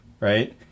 Right